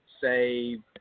say